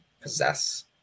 possess